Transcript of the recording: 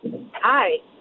Hi